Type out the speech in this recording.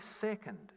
second